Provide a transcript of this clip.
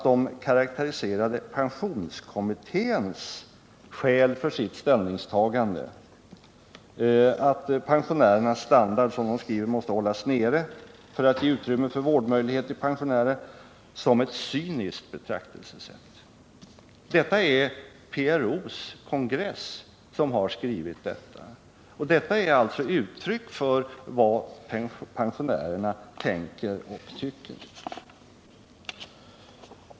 De karakteriserade pensionskommitténs ställningstagande, att pensionärernas standard måste hållas nere för att ge utrymme för vårdmöjligheter för pensionärer, som ett cyniskt betraktelsesätt. Det är PRO:s kongress som har skrivit detta, och detta är alltså uttryck för vad pensionärerna tänker och tycker.